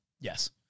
Yes